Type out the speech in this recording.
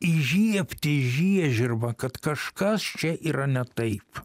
įžiebti žiežirbą kad kažkas čia yra ne taip